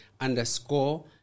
underscore